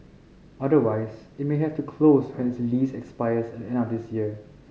otherwise it may have to close when its lease expires at the end of this year